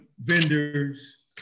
vendors